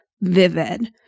vivid